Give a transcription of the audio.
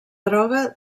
droga